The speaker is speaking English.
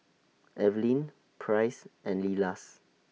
Evelin Price and Leila's